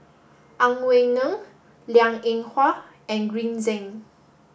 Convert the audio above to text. Ang Wei Neng Liang Eng Hwa and Green Zeng